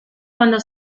cuando